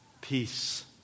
Peace